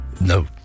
no